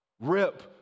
Rip